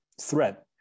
threat